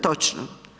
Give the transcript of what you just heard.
Točno.